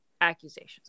accusations